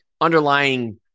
underlying